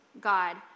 God